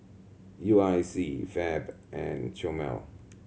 U I C Fab and Chomel